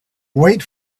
wait